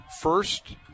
first